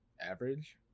average